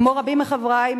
כמו רבים מחברי,